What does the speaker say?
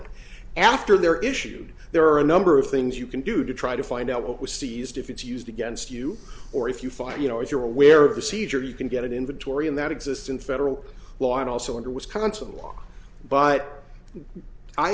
e after their issued there are a number of things you can do to try to find out what was seized if it's used against you or if you fight you know if you're aware of the seizure you can get an inventory and that exists in federal law and also under wisconsin law but i